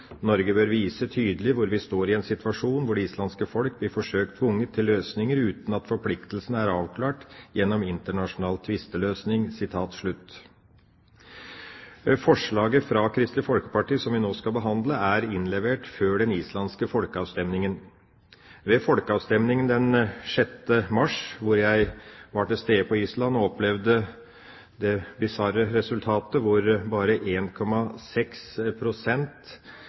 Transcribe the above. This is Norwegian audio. bør vise tydelig hvor vi står i en situasjon hvor det islandske folk blir forsøkt tvunget til løsninger uten at forpliktelsene er avklart gjennom internasjonal tvisteløsning.» Forslaget fra Kristelig Folkeparti som vi nå behandler, ble fremmet før den islandske folkeavstemninga. Ved folkeavstemninga den 6. mars, da jeg var til stede på Island og opplevde det bisarre resultatet at bare